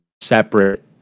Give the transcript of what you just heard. separate